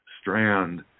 strand